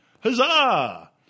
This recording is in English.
Huzzah